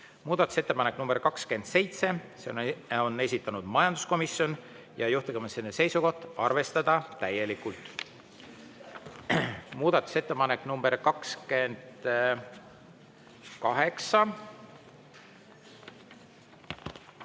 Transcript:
Muudatusettepanek nr 27, selle on esitanud majanduskomisjon, juhtivkomisjoni seisukoht: arvestada täielikult. Muudatusettepanek nr 28,